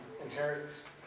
inherits